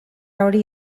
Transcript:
hori